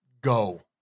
go